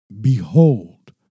Behold